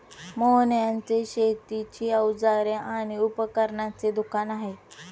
मोहन यांचे शेतीची अवजारे आणि उपकरणांचे दुकान आहे